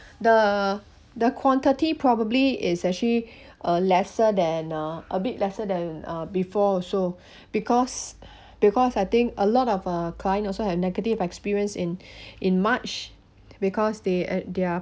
the the quantity probably is actually uh lesser than uh a bit lesser than uh before also because because I think a lot of uh client also have negative experience in in march because they a~ their